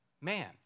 man